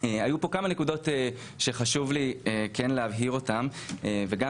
היו כאן כמה נקודות שחשוב לי להבהיר אותן וגם